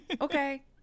Okay